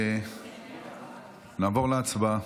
נעבור להצבעה.